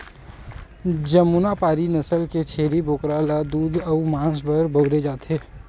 जमुनापारी नसल के छेरी बोकरा ल दूद अउ मांस बर बउरे जाथे